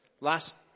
last